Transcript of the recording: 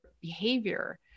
behavior